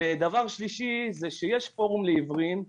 יש פורום לעיוורים,